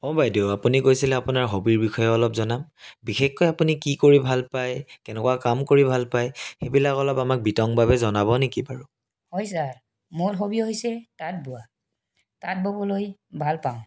অ' বাইদেউ আপুনি কৈছিলে আপুনি আপোনাৰ হবীৰ বিষয়ে অলপমান জনাম বিশেষকৈ আপুনি কি কৰি ভাল পায় কেনেকুৱা কাম কৰি ভাল পায় সেইবিলাক অলপ আমাক বিতংভাৱে জনাব নেকি বাৰু হয় ছাৰ মোৰ হবী হৈছে তাঁত বোৱা তাঁত ববলৈ ভাল পাওঁ